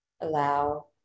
Allow